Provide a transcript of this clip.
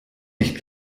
nicht